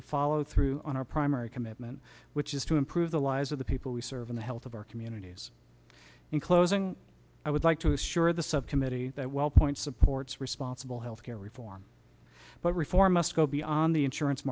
to follow through on our primary commitment which is to improve the lives of the people we serve in the health of our communities in closing i would like to assure the subcommittee that wellpoint supports responsible health care reform but reform must go beyond the insurance